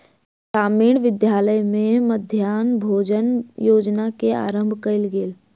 ग्रामीण विद्यालय में मध्याह्न भोजन योजना के आरम्भ कयल गेल